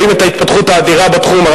רואה את ההתפתחות האדירה בתחום.